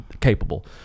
capable